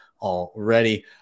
already